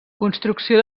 construcció